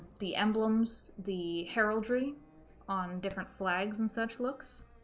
the emblems, the heraldry on different flags and such looks,